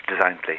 designedly